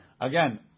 Again